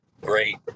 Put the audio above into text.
great